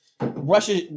Russia